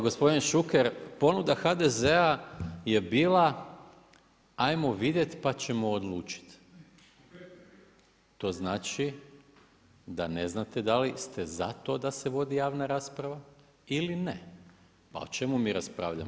Gospodine Šuker, ponuda HDZ-a je bila ajmo vidjet pa ćemo odlučiti, to znači da ne znate da li ste za to da se vodi javna rasprava ili ne. pa o čemu mi raspravljamo?